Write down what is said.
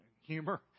humor